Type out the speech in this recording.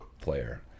player